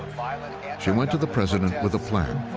she went to the president with a plan